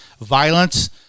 violence